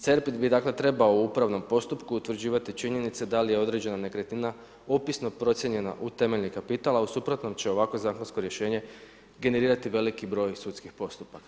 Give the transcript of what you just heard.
Cerpit bi dakle trebao u upravnom postupku utvrđivati činjenice da li je određena nekretnina opisno procijenjena u temeljni kapital, a u suprotnom će ovakvo zakonsko rješenje generirati veliki broj sudskih postupaka.